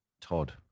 Todd